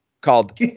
called